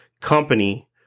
company